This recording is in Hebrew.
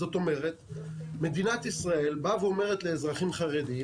זאת אומרת, מדינת ישראל באה ואומרת לאזרחים חרדים